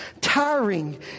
tiring